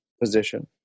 position